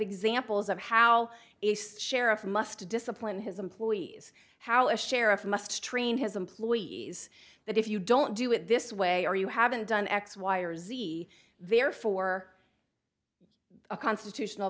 examples of how sheriff must discipline his employees how a sheriff must train his employees that if you don't do it this way or you haven't done x y or z therefore a constitutional